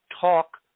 talk